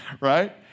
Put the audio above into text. right